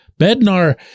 Bednar